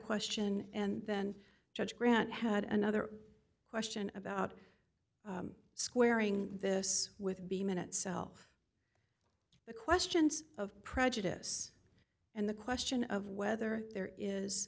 question and then judge grant had another question about squaring this with be minute self the questions of prejudice and the question of whether there is